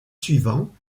suivant